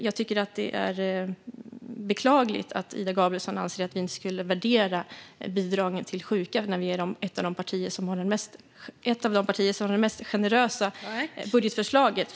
Jag tycker att det är beklagligt att Ida Gabrielsson anser att vi inte värderar bidragen till sjuka när vi är ett av de partier som har de mest generösa budgetförslagen när det gäller just sjukförsäkringen.